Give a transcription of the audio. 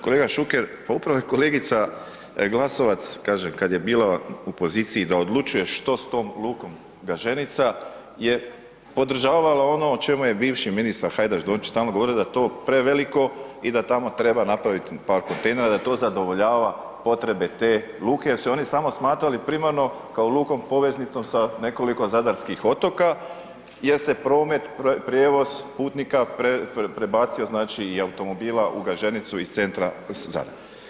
Kolega Šuker, pa upravo je kolegica Glasovac, kaže kad je bila u poziciji da odlučuje što s tom lukom Gaženica je podržavala ono o čemu je bivši ministar Hajdaš Dončić stalno govorio da je to preveliko i da tamo treba napraviti par kontejnera da to zadovoljava potrebe te luke jer su oni samo smatrali primarno kao lukom poveznicom sa nekoliko zadarskih otoka, jer se promet, prijevoz putnika prebacio znači i automobila u Gaženicu iz centra Zadra.